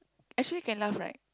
actually can laugh right